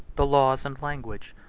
the laws and language,